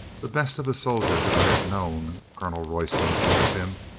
the best of a soldier that i have known, colonel royston calls him,